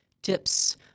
Tips